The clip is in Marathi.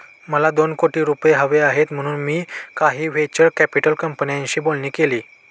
मला दोन कोटी रुपये हवे आहेत म्हणून मी काही व्हेंचर कॅपिटल कंपन्यांशी बोलणी केली